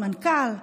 מנכ"ל,